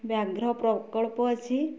ବ୍ୟାଘ୍ର ପ୍ରକଳ୍ପ ଅଛି